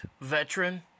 veteran